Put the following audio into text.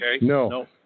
No